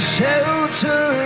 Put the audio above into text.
shelter